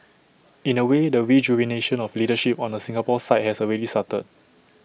in A way the rejuvenation of leadership on the Singapore side has already started